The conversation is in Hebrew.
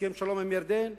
הסכם שלום עם ירדן,